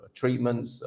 treatments